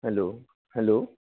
hello hello